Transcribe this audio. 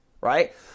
right